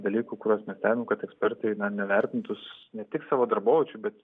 dalykų kuriuos mes stebim kad ekspertai na nuvertintų ne tik savo darboviečių bet